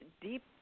deep